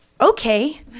okay